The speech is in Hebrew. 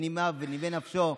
בנימי נפשו,